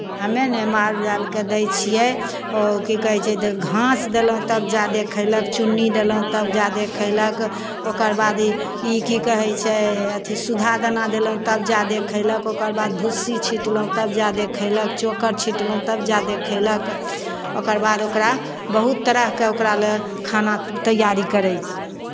हमे ने माल जालकेँ दै छियै ओ की कहै छै तऽ घास देलहुँ तब जादे खयलक चुन्नी देलहुँ तब जादे खयलक ओकर बादी ई की कहै छै अथि सुधा दाना देलहुँ तब जादे खयलक ओकर बाद भुस्सी छिटलहुँ तब जादे खयलक चोकर छिटलहुँ तब जादे खयलक ओकर बाद ओकरा बहुत तरहके ओकरा लए खाना तैयारी करै छै